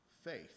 faith